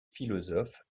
philosophe